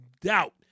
doubt